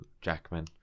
Jackman